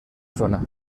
zona